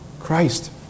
Christ